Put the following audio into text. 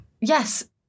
Yes